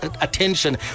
attention